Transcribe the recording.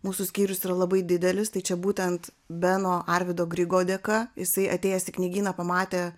mūsų skyrius yra labai didelis tai čia būtent beno arvydo grigo dėka jisai atėjęs į knygyną pamatė